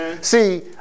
See